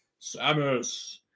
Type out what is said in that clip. Samus